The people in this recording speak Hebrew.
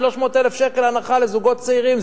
300,000 שקל הנחה לזוגות צעירים,